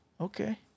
Okay